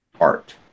art